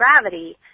gravity